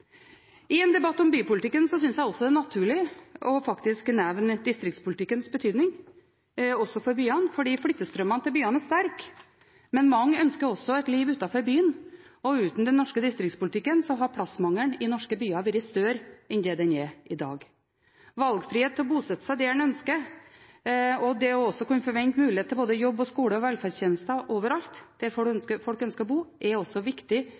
I en debatt om bypolitikken synes jeg også det er naturlig å nevne distriktspolitikkens betydning, også for byene. Flyttestrømmen til byene er sterk, men mange ønsker også et liv utenfor byen. Uten den norske distriktspolitikken hadde plassmangelen i norske byer vært større enn det den er i dag. Valgfrihet til å bosette seg der man ønsker, og det å kunne forvente å ha mulighet til jobb, skole og velferdstjenester overalt, der folk ønsker å bo, er også viktig